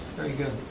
very good.